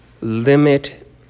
limit